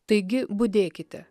taigi budėkite